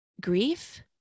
grief